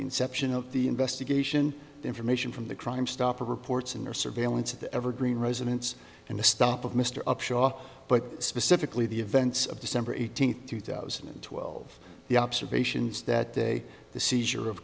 inception of the investigation information from the crime stopper reports in your surveillance of the evergreen residence and the stop of mr upshaw but specifically the events of december eighteenth two thousand and twelve the observations that day the seizure of